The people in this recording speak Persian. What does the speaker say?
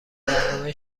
برنامه